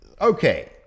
okay